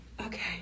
okay